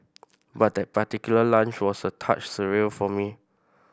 but that particular lunch was a touch surreal for me